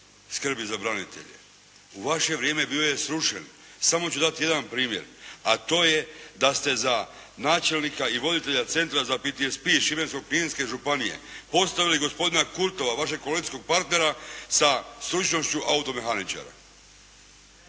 skrbi za branitelje. U vaše vrijeme bio je srušen. Samo ću dat jedan primjer, a to je da ste za načelnika i voditelja centra za PTSP Šibensko-kninske županije postavili gospodina Kurtova, vašeg koalicijskog partnera sa stručnošću automehaničara.